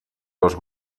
dos